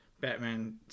Batman